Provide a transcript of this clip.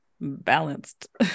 balanced